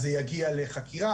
אז זה יגיע לחקירה.